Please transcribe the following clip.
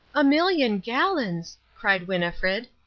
a million gallons! cried winnifred.